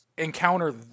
encounter